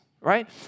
right